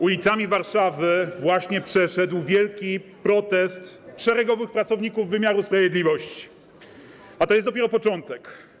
Ulicami Warszawy właśnie przeszedł wielki protest szeregowych pracowników wymiaru sprawiedliwości, a to jest dopiero początek.